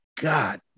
God